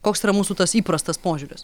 koks yra mūsų tas įprastas požiūris